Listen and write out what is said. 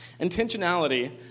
Intentionality